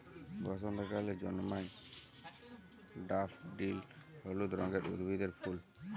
বসন্তকালে জল্ময় ড্যাফডিল হলুদ রঙের উদ্ভিদের ফুল